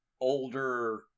older